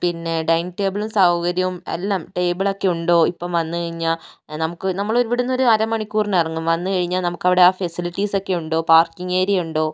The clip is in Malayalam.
പിന്നെ ഡൈനിംഗ് ടേബിള് സൗകര്യവും എല്ലാം ടേബിളോക്കെ ഉണ്ടോ ഇപ്പം വന്ന് കഴിഞ്ഞാൽ നമുക്ക് നമ്മളിവിടുന്നൊരു അര മണിക്കൂറിനിറങ്ങും വന്ന് കഴിഞ്ഞാൽ നമുക്കവിടെ ആ ഫെസിലിറ്റിസൊക്കെ ഉണ്ടോ പാർക്കിങ്ങ് ഏരിയ ഉണ്ടോ